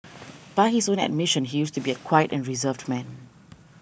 by his own admission he used to be a quiet and reserved man